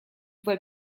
voie